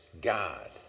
God